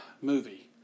movie